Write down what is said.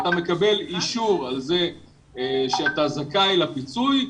אחר כך אתה מקבל אישור על כך שאתה זכאי לפיצוי.